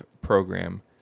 program